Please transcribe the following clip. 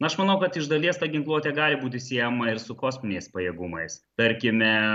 aš manau kad iš dalies ta ginkluotė gali būti siejama ir su kosminiais pajėgumais tarkime